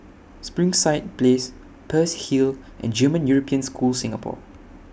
Springside Place Peirce Hill and German European School Singapore